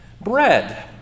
bread